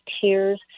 tears